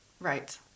Right